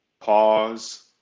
pause